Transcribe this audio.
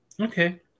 okay